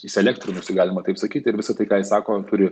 įsielektrinusi galima taip sakyt ir visa tai ką jis sako turi